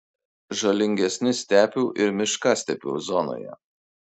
žalingesni stepių ir miškastepių zonoje